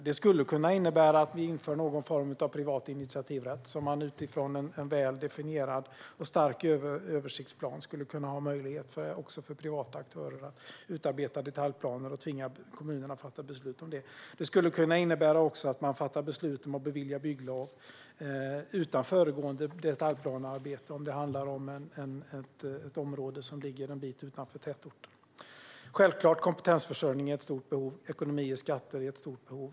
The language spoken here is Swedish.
Det skulle kunna innebära att någon form av privat initiativrätt införs. Utifrån en väl definierad och stark översiktsplan skulle det kunna finnas möjlighet också för privata aktörer att utarbeta detaljplaner och tvinga kommunen att fatta beslut om det. Det skulle också kunna innebära att man fattar beslut om att bevilja bygglov utan föregående detaljplanearbete, om det handlar om ett område som ligger en bit utanför tätorten. Kompetensförsörjning är självklart ett stort behov. Ekonomi och skatter är också stora behov.